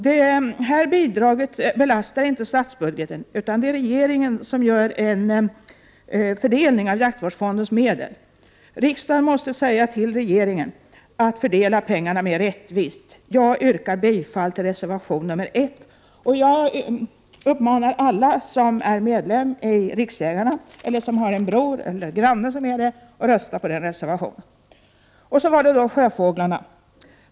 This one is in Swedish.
Detta bidrag belastar inte statsbudgeten, utan är en fördelning av jaktvårdsfondens medel som regeringen gör. Riksdagen måste säga till regeringen att fördela pengarna mer rättvist. Jag yrkar bifall till reservation nr 1, och jag uppmanar alla som är medlemmar i Riksjägarna eller har en bror eller en granne som är det att rösta för reservationen. Så var det sjöfåglarna.